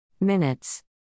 minutes